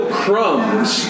crumbs